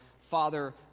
Father